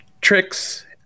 tricks